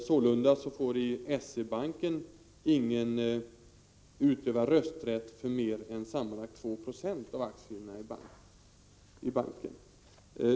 I S E-banken har sålunda inte någon rösträtt för mer än sammanlagt 2 22 av aktierna.